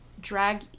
drag